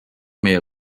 meie